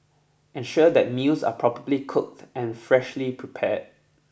ensure that meals are properly cooked and freshly prepared